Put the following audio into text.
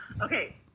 Okay